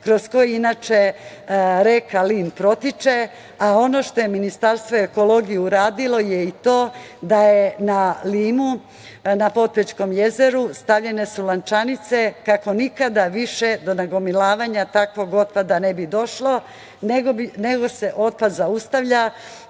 kroz koje inače reka Lim protiče. Ono što je Ministarstvo ekologije uradilo je i to da je na Limu, na Potpećkom jezeru stavljene su lančanice kako nikada više do nagomilavanja takvog otpada ne bi došlo, nego se otpad zaustavlja